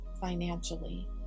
financially